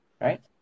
right